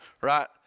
right